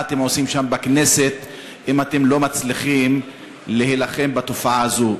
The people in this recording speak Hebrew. מה אתם עושים שם בכנסת אם אתם לא מצליחים להילחם בתופעה הזאת?